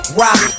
rock